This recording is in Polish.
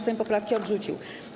Sejm poprawki odrzucił.